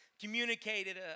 communicated